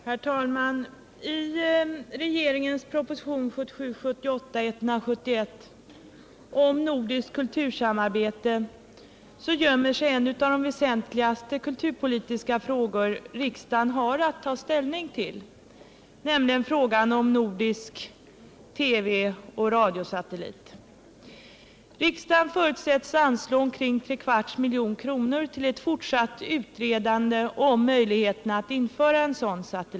Herr talman! I regeringens proposition 1977/78:171 om nordiskt kultursamarbete gömmer sig en av de väsentligaste kulturpolitiska frågor riksdagen har att ta ställning till, nämligen frågan om en nordisk radiooch TV-satellit. Riksdagen förutsättes anslå 750 000 kr. till en fortsatt utredning av frågan om en sådan satellit.